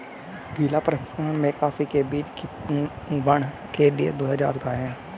गीला प्रसंकरण में कॉफी के बीज को किण्वन के लिए धोया जाता है